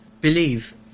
believe